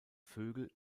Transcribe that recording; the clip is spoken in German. vögel